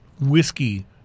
whiskey